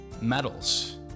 medals